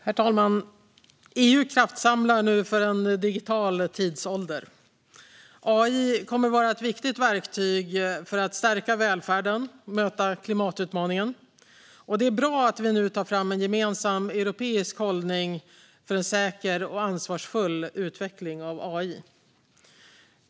Herr talman! EU kraftsamlar nu för en digital tidsålder. AI kommer att vara ett viktigt verktyg för att stärka välfärden och möta klimatutmaningen. Det är bra att vi nu tar fram en gemensam europeisk hållning för en säker och ansvarsfull utveckling av AI.